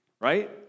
right